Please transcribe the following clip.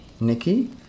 Nikki